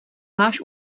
máš